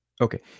Okay